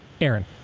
Aaron